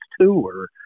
tour